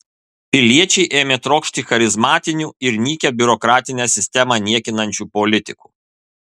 piliečiai ėmė trokšti charizmatinių ir nykią biurokratinę sistemą niekinančių politikų